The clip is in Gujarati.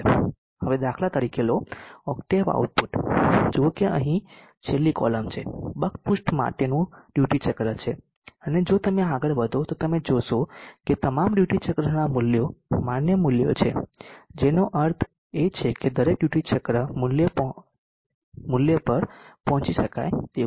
હવે દાખલા તરીકે લો ઓક્ટેવ આઉટપુટ જુઓ કે અહીં અહીં છેલ્લી કોલમ છે બક બૂસ્ટ માટેનું ડ્યુટી ચક્ર છે અને જો તમે આગળ વધો તો તમે જોશો કે તમામ ડ્યુટી ચક્રના મૂલ્યો માન્ય મૂલ્યો છે જેનો અર્થ છે કે દરેક ડ્યુટી ચક્ર મૂલ્ય પહોંચી શકાય તેવું છે